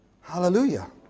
Hallelujah